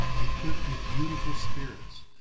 equipped with beautiful spirits,